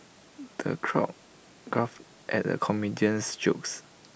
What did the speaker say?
the crowd guffawed at the comedian's jokes